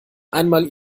einmal